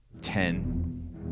ten